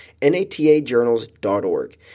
natajournals.org